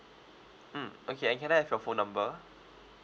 mm okay and can I have your phone number